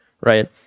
Right